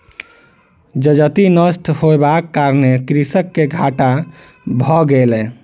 जजति नष्ट होयबाक कारणेँ कृषक के घाटा भ गेलै